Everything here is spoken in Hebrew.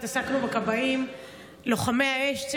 התעסקנו בכבאים לוחמי האש.